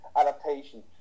adaptation